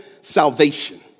salvation